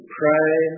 pray